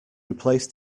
replace